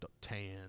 tan